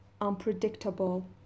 unpredictable